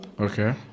okay